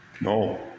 No